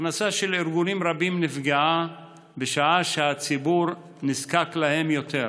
ההכנסה של ארגונים רבים נפגעה בשעה שהציבור נזקק להם יותר.